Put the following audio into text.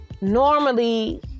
normally